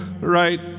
right